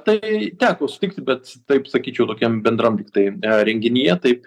tai teko sutikti bet taip sakyčiau tokiam bendram tiktai renginyje taip